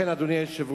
לכן, אדוני היושב-ראש,